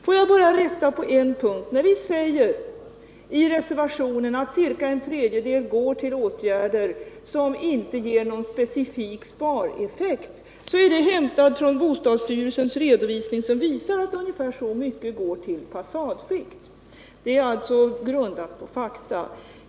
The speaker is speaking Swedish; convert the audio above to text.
Låt mig också rätta Wilhelm Gustafsson på en punkt: När vi säger i reservationen att ca en tredjedel går till åtgärder som inte ger någon specifik spareffekt, så är det hämtat från bostadsstyrelsens redovisning, som visar att ungefär så mycket går till fasadskikt. Påståendet är alltså grundat på fakta.